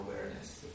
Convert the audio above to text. awareness